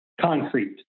concrete